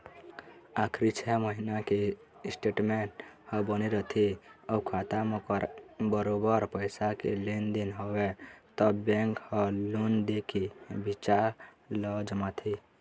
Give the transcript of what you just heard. आखरी छै महिना के स्टेटमेंट ह बने रथे अउ खाता म बरोबर पइसा के लेन देन हवय त बेंक ह लोन दे के बिचार ल जमाथे